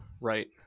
Right